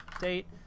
date